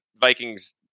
vikings